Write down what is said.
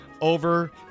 over